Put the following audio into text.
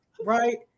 right